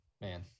man